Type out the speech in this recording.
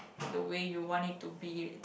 the way you want it to be